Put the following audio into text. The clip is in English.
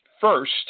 first